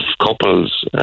couples